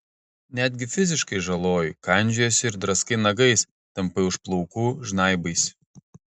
netgi fiziškai žaloji kandžiojiesi ir draskai nagais tampai už plaukų žnaibaisi